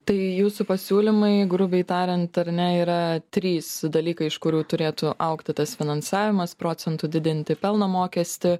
tai jūsų pasiūlymai grubiai tariant ar ne yra trys dalykai iš kurių turėtų augti tas finansavimas procentu didinti pelno mokestį